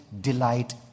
delight